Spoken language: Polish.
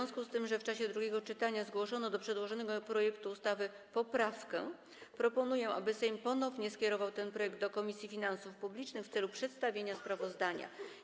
W związku z tym, że w czasie drugiego czytania zgłoszono do przedłożonego projektu ustawy poprawkę, proponuję, aby Sejm ponownie skierował ten projekt do Komisji Finansów Publicznych w celu przedstawienia sprawozdania.